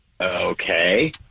Okay